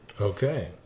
Okay